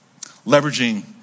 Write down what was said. leveraging